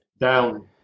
Down